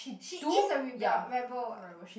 she is a rebel rebel what